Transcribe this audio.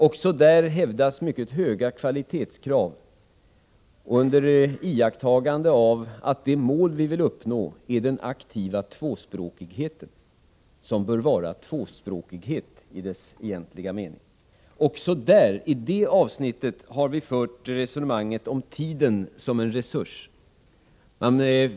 Också där hävdas mycket höga kvalitetskrav under iakttagande av att de mål vi vill uppnå är den aktiva tvåspråkigheten, som bör vara tvåspråkighet i dess egentliga mening. Också i det avsnittet har vi fört resonemanget om tiden som en resurs.